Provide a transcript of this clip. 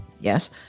Yes